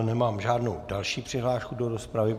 Nemám žádnou další přihlášku do rozpravy.